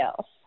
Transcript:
else